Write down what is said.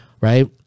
right